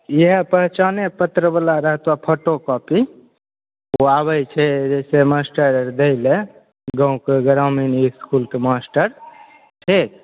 इएहे पहचाने पत्र बला रहतो फोटोकॉपी ओ आबै छै से मास्टर आर दै लए गाँवके ग्रामीण इसकुलके मास्टर ठीक